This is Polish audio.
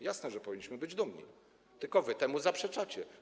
Jasne, że powinniśmy być dumni, tylko wy temu zaprzeczacie.